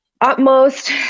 utmost